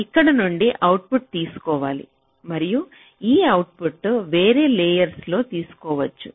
ఇక్కడ నుండి అవుట్పుట్ తీసుకోవాలి మరియు ఈ అవుట్పుట్ వేర్వేరు లేయర్స్ లో తీసుకోవచ్చు